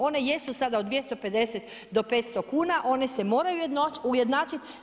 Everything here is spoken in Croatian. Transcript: One jesu sada od 250 do 500 kuna, one se moraju ujednačiti.